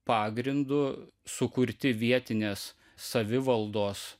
pagrindu sukurti vietinės savivaldos